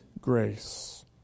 grace